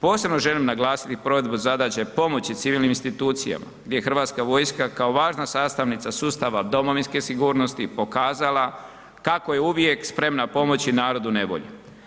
Posebno želim naglasiti provedbu zadaće pomoći civilnim institucijama, gdje je HV kao važna sastavnica sustava domovinske sigurnosti pokazala kako je uvijek spremna pomoći narodu u nevolji.